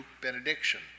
benediction